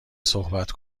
صحبت